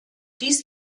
dies